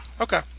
Okay